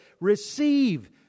receive